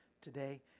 today